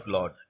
Lord